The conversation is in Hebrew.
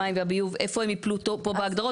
איפה הם יפלו פה בהגדרות,